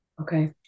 Okay